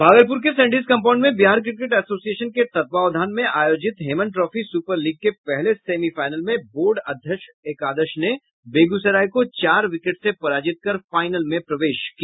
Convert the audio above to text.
भागलपुर के सैंडिस मैदान में बिहार क्रिकेट एसोसिएशन के तत्वावधान में आयोजित हेमन ट्राफी सुपर लीग के पहले सेमीफाइनल में बोर्ड अध्यक्ष एकादश ने बेगूसराय को चार विकेट से पराजित कर फाइनल में प्रवेश किया